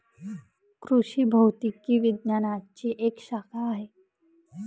कृषि भौतिकी विज्ञानची एक शाखा आहे